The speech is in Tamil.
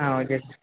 ஆ ஓகே சா